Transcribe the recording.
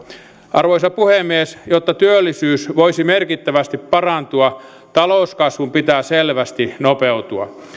arvoisa puhemies jotta työllisyys voisi merkittävästi parantua talouskasvun pitää selvästi nopeutua